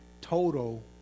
total